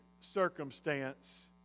circumstance